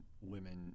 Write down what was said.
women